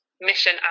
mission